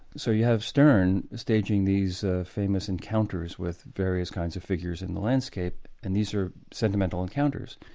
so you have sterne staging these famous encounters with various kinds of figures in the landscape, and these are sentimental encounters.